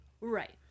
Right